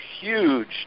huge